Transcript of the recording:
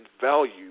value